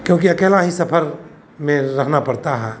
क्योंकि अकेला ही सफ़र में रहना पड़ता है